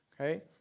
okay